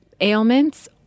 ailments